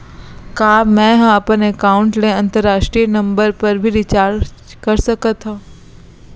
का मै ह अपन एकाउंट ले अंतरराष्ट्रीय नंबर पर भी रिचार्ज कर सकथो